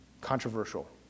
controversial